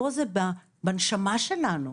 פה זה בנשמה שלנו,